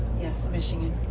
yes, michigan.